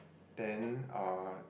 then uh